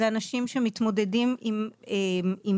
אלה אנשים שמתמודדים עם PTSD,